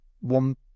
one